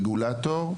כגוף רגולטור,